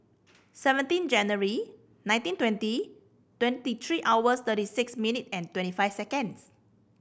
seventeen January nineteen twenty twenty three hours thirty six minute and twenty five seconds